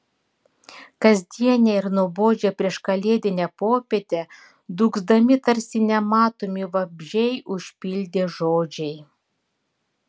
kasdienę ir nuobodžią prieškalėdinę popietę dūgzdami tarsi nematomi vabzdžiai užpildė žodžiai